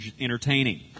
entertaining